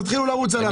תתחילו לרוץ עליו.